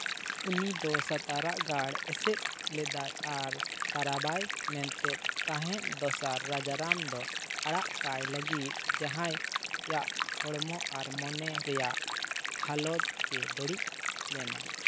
ᱩᱱᱤ ᱫᱚ ᱥᱟᱛᱟᱨᱟᱜ ᱜᱟᱲ ᱮᱥᱮᱫ ᱞᱮᱫᱟᱭ ᱟᱨ ᱛᱟᱨᱟᱵᱟᱭ ᱢᱮᱱᱛᱮᱫ ᱛᱟᱦᱮᱸᱫ ᱫᱚᱥᱟᱨ ᱨᱟᱡᱟᱨᱟᱢ ᱫᱚ ᱟᱲᱟᱜ ᱠᱟᱭ ᱞᱟᱹᱜᱤᱫ ᱡᱟᱦᱟᱸᱭᱟᱜ ᱦᱚᱲᱢᱚ ᱟᱨ ᱢᱚᱱᱮ ᱨᱮᱭᱟᱜ ᱦᱟᱞᱚᱛ ᱜᱮ ᱵᱟᱹᱲᱤᱡ ᱞᱮᱱᱟ